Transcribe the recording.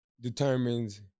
determines